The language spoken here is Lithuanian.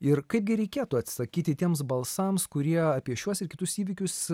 ir kaipgi reikėtų atsakyti tiems balsams kurie apie šiuos ir kitus įvykius